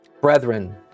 Brethren